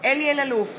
אלי אלאלוף,